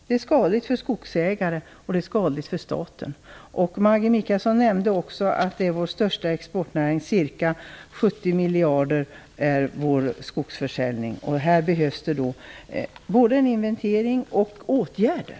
Det är skadligt för skogsägare, och det är skadligt för staten. Maggi Mikaelsson nämnde också att skogsförsäljningen är vår största exportnäring, ca 70 miljarder, och här behövs både en inventering och åtgärder.